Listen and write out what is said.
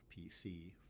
PC